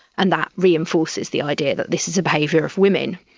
and that reinforces the idea that this is a behaviour of women.